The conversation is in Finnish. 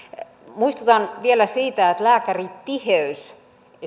muistutan vielä siitä että lääkäritiheys